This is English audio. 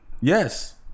Yes